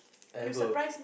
ever